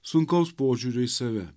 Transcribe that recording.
sunkaus požiūrio į save